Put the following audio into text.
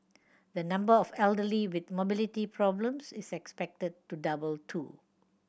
the number of elderly with mobility problems is expected to double too